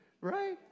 Right